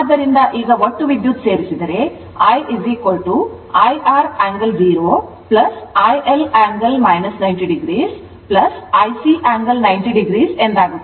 ಆದ್ದರಿಂದ ಈಗ ಒಟ್ಟು ವಿದ್ಯುತ್ ಸೇರಿಸಿದರೆ I IR angle 0 IL angle 90o IL angle 90o ಎಂದಾಗುತ್ತದೆ